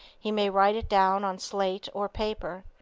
he may write it down on slate or paper.